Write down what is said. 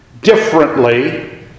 differently